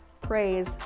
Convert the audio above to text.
Praise